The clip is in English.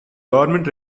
government